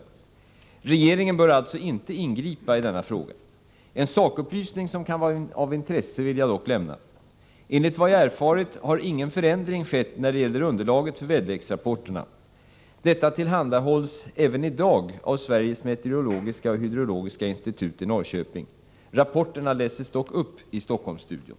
Regeringen bör alltså inte ingripa i denna fråga. En sakupplysning som kan vara av intresse vill jag dock lämna. Enligt vad jag erfarit har ingen förändring skett när det gäller underlaget för väderleksrapporterna. Detta tillhandahålls även i dag av SMHI i Norrköping. Rapporterna läses dock upp i Stockholmsstudion.